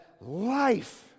life